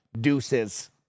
Deuces